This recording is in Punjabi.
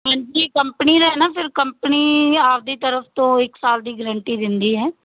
ਹਾਂਜੀ ਕੰਪਨੀ ਦਾ ਹੈ ਨਾ ਫਿਰ ਕੰਪਨੀ ਆਪਣੀ ਤਰਫ ਤੋਂ ਇੱਕ ਸਾਲ ਦੀ ਗਰੰਟੀ ਦਿੰਦੀ ਹੈ